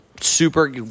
Super